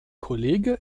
kollege